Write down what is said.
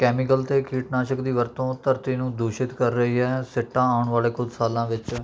chemical ਅਤੇ ਕੀਟਨਾਸ਼ਕ ਦੀ ਵਰਤੋਂ ਧਰਤੀ ਨੂੰ ਦੂਸ਼ਿਤ ਕਰ ਰਹੀ ਹੈ ਸਿੱਟਾ ਆਉਣ ਵਾਲੇ ਕੁਝ ਸਾਲਾਂ ਵਿੱਚ